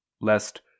Lest